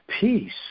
peace